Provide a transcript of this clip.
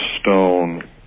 stone